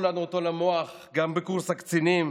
לנו אותו למוח גם בקורס הקצינים.